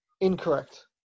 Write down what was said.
Incorrect